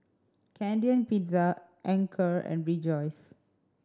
Canadian Pizza Anchor and Rejoice